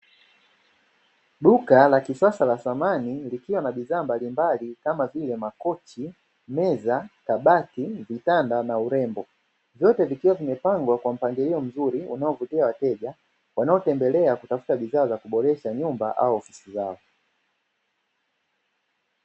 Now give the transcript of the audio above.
Duka la kisasa la samani, likiwa na bidhaa mbalimbali kama vile: makochi, meza, kabaki, vitanda na urembo. Vyote vikiwa vimepangwa kwa mpangilio mzuri unaovutia wateja wanaotembelea kutafuta bidhaa za kuboresha nyumba au ofisi zao.